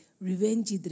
revenge